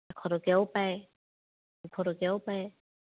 এশ টকীয়াও পায় দুশ টকীয়াও পায়